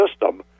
system